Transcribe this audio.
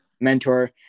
mentor